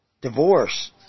Divorce